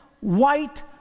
white